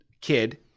kid